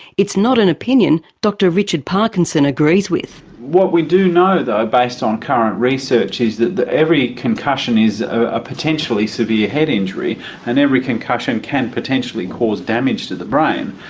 it's not an opinion dr richard parkinson agrees with. what we do know though, based on current research, is that every concussion is a potentially severe head injury and every concussion can potentially cause damage to the brain.